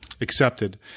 accepted